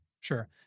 sure